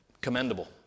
commendable